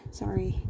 sorry